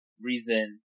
reason